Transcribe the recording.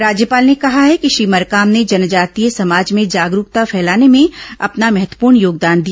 राज्यपाल ने कहा है कि श्री मरकाम ने जनजातीय समाज में जागरूकता फैलाने में अपना महत्वपूर्ण योगदान दिया